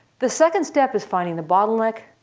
the second step is finding the bottleneck.